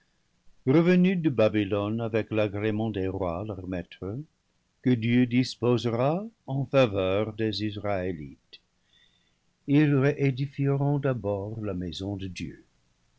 revenus de babylone avec l'agrément des rois leurs maîtres que dieu disposera en faveur des israélites ils réédifieront d'abord la maison de dieu